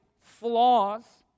flaws